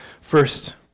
First